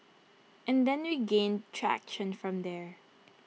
and then we gained traction from there